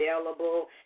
available